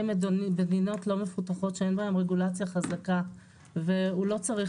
מדינות לא מפותחות שאין בהן רגולציה חזקה והוא לא צריך